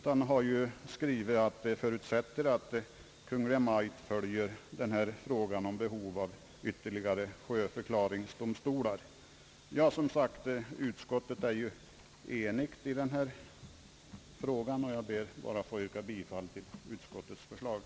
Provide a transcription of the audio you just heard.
Man har ju skrivit att man förutsätter att Kungl. Maj:t följer frågan om behov av ytterligare sjöförklaringsdomstolar. Utskottet är som sagt enigt i denna fråga, och jag ber att få yrka bifall till utskottets förslag.